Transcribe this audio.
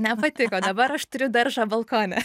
nepatiko dabar aš turiu daržą balkone